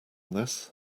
this